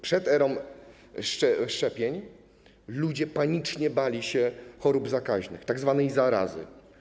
Przed erą szczepień ludzie panicznie bali się chorób zakaźnych, tzw. zarazy.